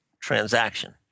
transaction